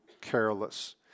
careless